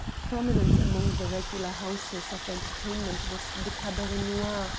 prominent among the regular houses of entertainment was the cabaret noir,